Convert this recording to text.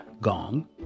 Gong